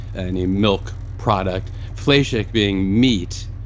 any milk product, fleishik being meat.